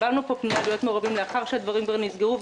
קיבלנו פנייה להיות מעורבים לאחר שהדברים לא נסגרו,